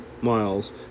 miles